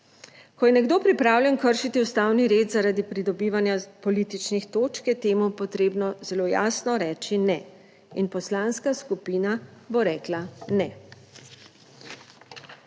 Ko je nekdo pripravljen kršiti ustavni red zaradi pridobivanja političnih točk je temu potrebno zelo jasno reči ne in poslanska skupina bo rekla ne.